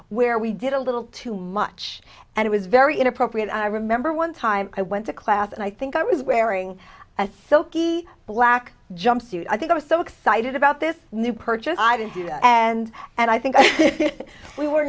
where we did a little too much and it was very inappropriate i remember one time i went to class and i think i was wearing a silky black jumpsuit i think i was so excited about this new purchase i did and and i think we were